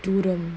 duroom